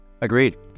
Agreed